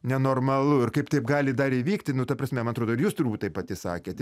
nenormalu ir kaip taip gali dar įvykti nu ta prasme man atrodo ir jūs turbūt taip pati sakėt